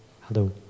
hello